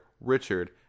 richard